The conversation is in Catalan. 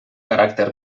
caràcter